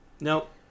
Nope